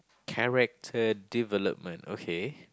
character development okay